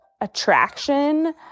attraction